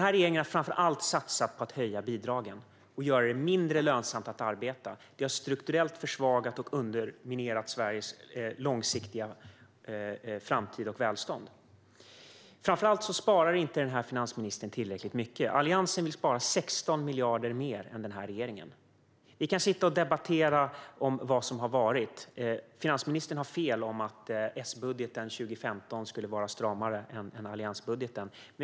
Regeringen har framför allt satsat på att höja bidragen och göra det mindre lönsamt att arbeta. Man har strukturellt försvagat och underminerat Sveriges långsiktiga framtid och välstånd. Framför allt sparar inte finansministern tillräckligt mycket. Alliansen vill spara 16 miljarder mer än denna regering. Vi kan sitta och debattera vad som har varit, men finansministern har fel om att S-budgeten 2015 skulle ha varit stramare än alliansbudgeten.